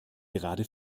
gerade